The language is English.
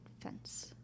fence